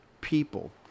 people